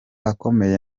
akomeye